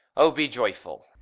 oh be joyful!